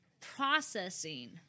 processing